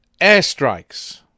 airstrikes